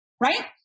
right